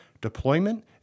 deployment